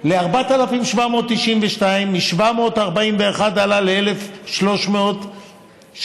ל-4,792, מ-741 שקלים עלה ל-1,337.